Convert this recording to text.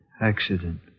Accident